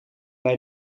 bij